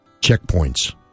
checkpoints